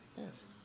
Yes